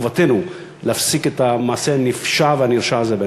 חובתנו להפסיק את המעשה הנפשע והנרשע הזה,